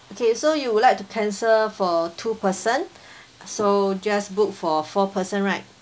okay so you would like to cancel for two person so just book for four person right